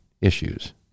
issues